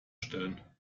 stellen